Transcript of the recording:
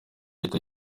ahita